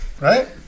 right